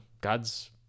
God's